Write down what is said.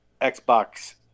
Xbox